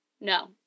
No